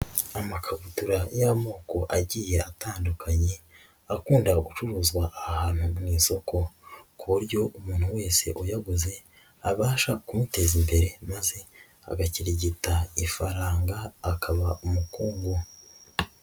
Amakabutura y'amoko agiye atandukanye, akundaga gucuruzwa ahantu mu isoko ku buryo umuntu wese uyauuze abasha kumuteza imbere maze agakirigita ifaranga, akaba umukungu.